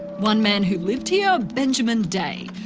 one man who lived here, benjamin day,